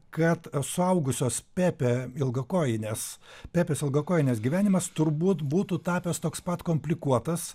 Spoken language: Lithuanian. kad suaugusios pepė ilgakojinės pepės ilgakojinės gyvenimas turbūt būtų tapęs toks pat komplikuotas